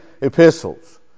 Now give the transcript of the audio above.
epistles